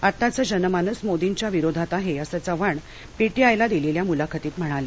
आत्ताचं जनमानस मोदींच्या विरोधात आहे असं चव्हाण पीटीआयला दिलेल्या मुलाखतीत म्हणाले